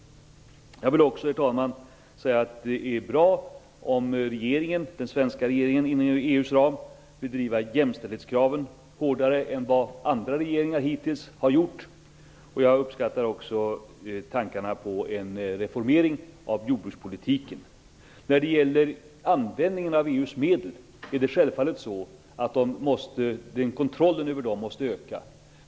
Jag vill också säga att det är bra om den svenska regeringen inom EU:s ram bedriver jämställdhetskraven hårdare än vad andra regeringar hittills har gjort. Jag uppskattar också tankarna på en reformering av jordbrukspolitiken. Kontrollen över användningen av EU:s medel måste självfallet öka.